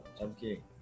okay